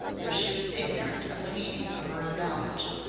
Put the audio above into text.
though she was ignorant of the meaning of her own knowledge.